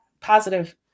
positive